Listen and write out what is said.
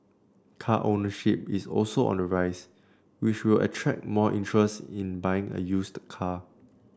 car ownership is also on the rise which will attract more interest in buying a used car